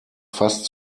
fast